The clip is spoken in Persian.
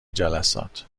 جلسات